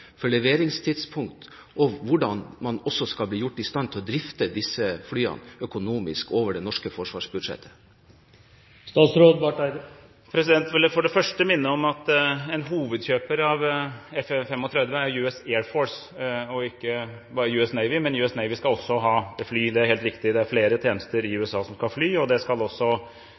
leveringstidspunkt og hvordan man også økonomisk skal bli gjort i stand til å drifte disse flyene over det norske forsvarsbudsjettet? Jeg vil for det første minne om at en hovedkjøper av F-35 er US Air Force, og ikke bare US Navy, men US Navy skal også ha fly, det er helt riktig. Det er flere tjenester i USA som skal ha fly, og det skal også